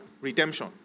redemption